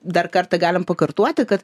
dar kartą galim pakartoti kad